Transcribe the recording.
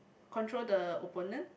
control the opponent